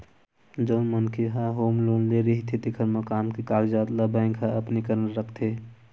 जउन मनखे ह होम लोन ले रहिथे तेखर मकान के कागजात ल बेंक ह अपने करन राखथे